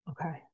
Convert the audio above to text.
Okay